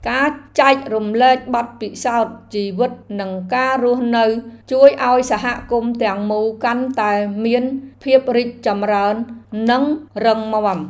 ការចែករំលែកបទពិសោធន៍ជីវិតនិងការរស់នៅជួយឱ្យសហគមន៍ទាំងមូលកាន់តែមានភាពរីកចម្រើននិងរឹងមាំ។